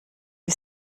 die